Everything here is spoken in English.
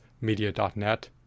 media.net